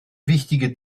wichtige